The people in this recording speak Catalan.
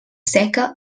seca